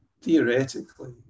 theoretically